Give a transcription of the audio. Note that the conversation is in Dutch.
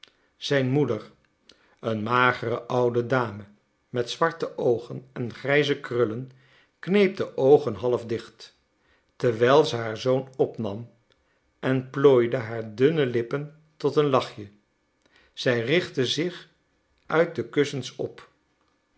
zijn moeder een magere oude dame met zwarte oogen en grijze krullen kneep de oogen half dicht terwijl ze haar zoon opnam en plooide haar dunne lippen tot een lachje zij richtte zich uit de kussens op